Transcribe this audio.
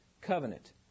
covenant